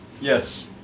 Yes